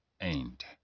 end